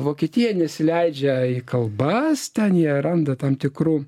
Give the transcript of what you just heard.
vokietija nesileidžia į kalbas ten jie randa tam tikrų